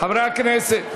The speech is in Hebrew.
חברי הכנסת.